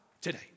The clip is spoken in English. today